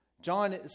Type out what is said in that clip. John